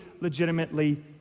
legitimately